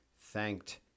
thanked